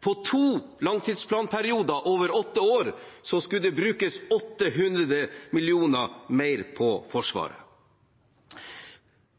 På to langtidsplanperioder over åtte år skulle det brukes 800 mill. kr mer på Forsvaret.